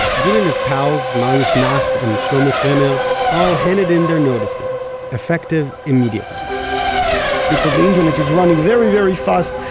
gil and his pals, marius nacht and shlomo kramer, all handed in their notices, effective immediately because the internet is running very very fast.